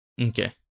Okay